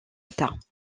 états